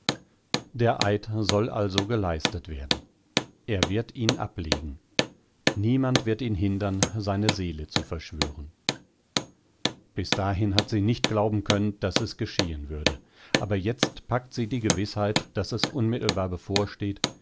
der eid soll also geleistet werden er wird ihn ablegen niemand wird ihn hindern seine seele zu verschwören bis dahin hat sie nicht glauben können daß es geschehen würde aber jetzt packt sie die gewißheit daß es unmittelbar bevorsteht